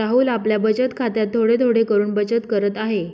राहुल आपल्या बचत खात्यात थोडे थोडे करून बचत करत आहे